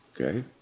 okay